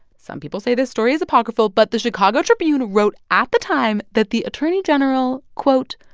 some people say this story is apocryphal, but the chicago tribune wrote at the time that the attorney general, quote,